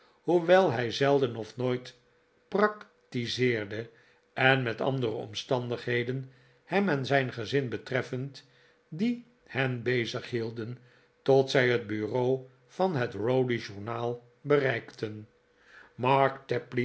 hoewel hij zelden of nooit practiseerde en met andere omstandigheden hem en zijn gezin betreffend die hen bezighielden tot zij het bureau van het rodwy journal bereikten